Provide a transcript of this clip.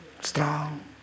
strong